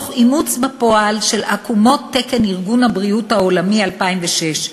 תוך אימוץ בפועל של עקומות תקן ארגון הבריאות העולמי מ-2006.